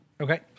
Okay